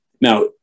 Now